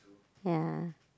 ya